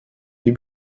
die